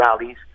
rallies